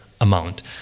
amount